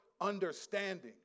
understanding